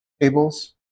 tables